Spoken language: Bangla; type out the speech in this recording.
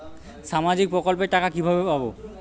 সামাজিক প্রকল্পের টাকা কিভাবে পাব?